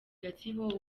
gatsibo